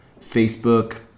Facebook